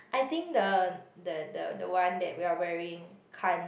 I think the the the the one that we are wearing can't